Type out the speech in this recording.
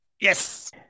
Yes